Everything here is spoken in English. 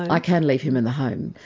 i can leave him in the home,